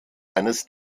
eines